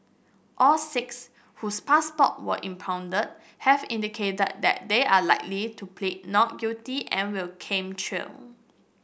all six whose passport were impounded have indicated that they are likely to plead not guilty and will came trial